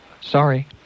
Sorry